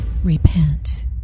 Repent